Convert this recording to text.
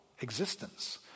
existence